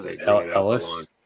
Ellis